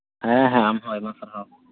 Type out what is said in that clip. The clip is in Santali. ᱦᱮᱸ ᱦᱮᱸ ᱟᱢᱦᱚᱸ ᱟᱭᱢᱟ ᱥᱟᱨᱦᱟᱣ